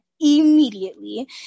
immediately